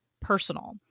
personal